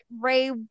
Ray